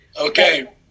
okay